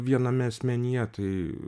viename asmenyje tai